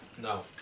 No